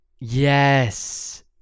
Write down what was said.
yes